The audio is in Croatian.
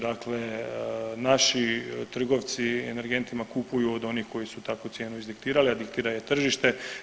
Dakle, naši trgovci energentima kupuju od onih koji su takvu cijenu izdiktirali, a diktira je tržište.